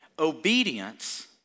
Obedience